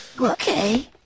Okay